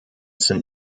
sind